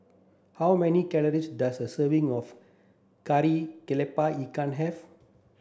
how many calories does a serving of Kari Kepala Ikan have